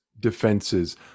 Defenses